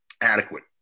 adequate